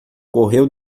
correu